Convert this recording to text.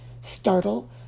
startle